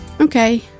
okay